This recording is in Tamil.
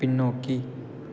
பின்னோக்கி